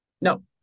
No